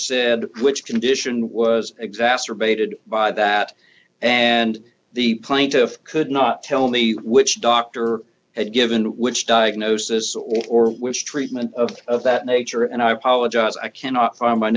said which condition was exacerbated by that and the plaintiff could not tell me which doctor had given which diagnosis or which treatment of that nature and i apologize i cannot find my